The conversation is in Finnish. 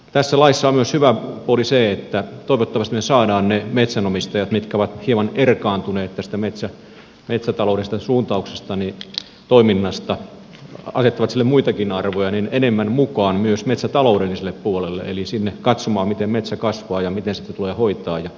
tässä laissa on hyvä puoli myös se että toivottavasti me saamme ne metsänomistajat jotka ovat hieman erkaantuneet tästä metsätaloudellisesta suuntauksesta toiminnasta asettavat sille muitakin arvoja enemmän mukaan myös metsätaloudelliselle puolelle eli sinne katsomaan miten metsä kasvaa ja miten sitä tulee hoitaa ja sitä ylläpitää